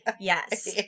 Yes